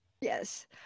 yes